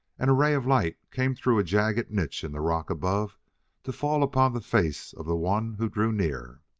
and a ray of light came through a jagged niche in the rock above to fall upon the face of the one who drew near.